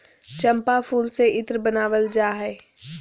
चम्पा फूल से इत्र बनावल जा हइ